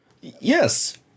Yes